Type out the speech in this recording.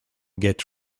get